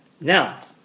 Now